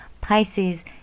Pisces